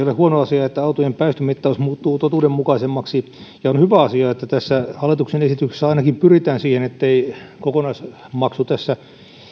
ole huono asia että autojen päästömittaus muuttuu totuudenmukaisemmaksi ja on hyvä asia että tässä hallituksen esityksessä ainakin pyritään siihen ettei kokonaismaksu tässä